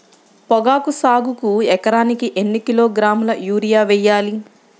పొగాకు సాగుకు ఎకరానికి ఎన్ని కిలోగ్రాముల యూరియా వేయాలి?